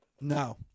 No